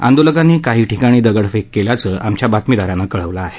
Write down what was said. आंदोलकांनी काही ठिकाणी दगडफेक केल्याचं आमच्या बातमीदारानं कळवलं आहे